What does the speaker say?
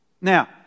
Now